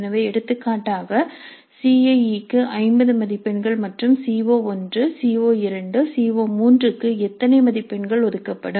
எனவே எடுத்துக்காட்டாக CIE க்கு 50 மதிப்பெண்கள் மற்றும் சிஓ1 சிஓ2 சிஓ3 க்கு எத்தனை மதிப்பெண்கள் ஒதுக்கப்படும்